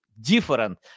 different